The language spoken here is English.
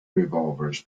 revolvers